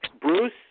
Bruce